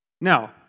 Now